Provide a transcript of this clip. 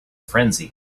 frenzy